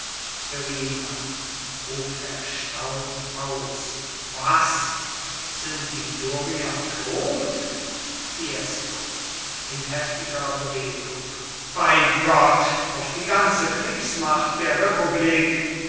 ruft erstaunt aus was sind die doria tot fiesco in heftiger bewegung bei gott auf die ganze kriegsmacht der republik